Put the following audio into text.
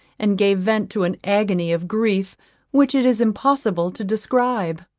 and gave vent to an agony of grief which it is impossible to describe.